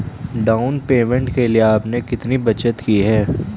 Down payment के लिए आपने कितनी बचत की है?